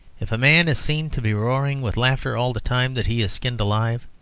if a man is seen to be roaring with laughter all the time that he is skinned alive,